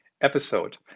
episode